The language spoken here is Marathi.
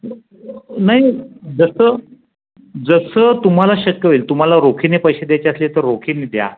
नाही जसं जसं तुम्हाला शक्य होईल तुम्हाला रोखीने पैसे द्यायचे असले तर रोखीने द्या